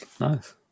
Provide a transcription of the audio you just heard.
Nice